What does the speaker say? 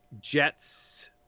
Jets